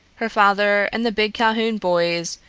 her father and the big calhoun boys,